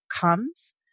comes